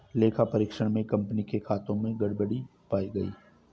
लेखा परीक्षण में कंपनी के खातों में गड़बड़ी पाई गई